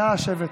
נא לשבת.